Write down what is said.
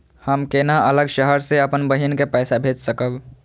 हम केना अलग शहर से अपन बहिन के पैसा भेज सकब?